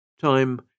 Time